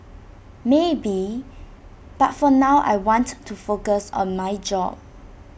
maybe but for now I want to focus on my job